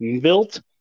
built